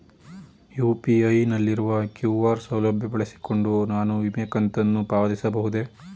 UPI ನಲ್ಲಿರುವ QR ಸೌಲಭ್ಯ ಬಳಸಿಕೊಂಡು ನಾನು ವಿಮೆ ಕಂತನ್ನು ಪಾವತಿಸಬಹುದೇ?